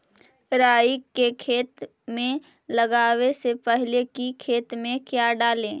राई को खेत मे लगाबे से पहले कि खेत मे क्या डाले?